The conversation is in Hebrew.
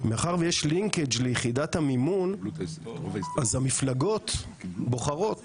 מאחר ויש לינקג' ליחידת המימון אז המפלגות בוחרות